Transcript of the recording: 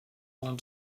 ont